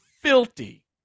filthy